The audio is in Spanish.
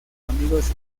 amigos